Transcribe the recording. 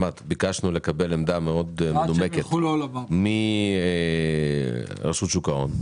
ביקשנו לקבל עמדה מאוד מנומקת מרשות שוק ההון.